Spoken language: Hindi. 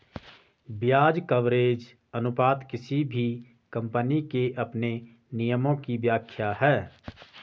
ब्याज कवरेज अनुपात किसी भी कम्पनी के अपने नियमों की व्याख्या है